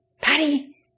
Patty